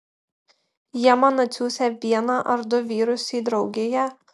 jie man atsiųsią vieną ar du vyrus į draugiją